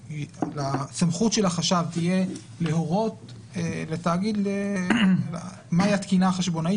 שהסמכות של החשב תהיה להורות לתאגיד מהי התקינה החשבונאית